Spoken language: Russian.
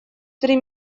три